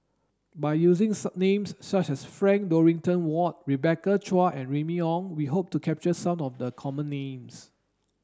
by using names such as Frank Dorrington Ward Rebecca Chua and Remy Ong we hope to capture some of the common names